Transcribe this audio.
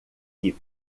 que